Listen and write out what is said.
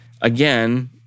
again